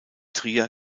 trier